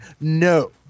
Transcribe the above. no